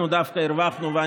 אנחנו דווקא הרווחנו.